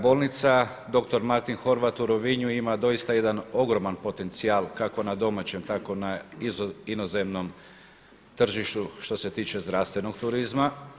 Bolnica doktor Martin Horvat u Rovinju ima doista jedan ogroman potencijal kako na domaćem tako i na inozemnom tržištu što se tiče zdravstvenog turizma.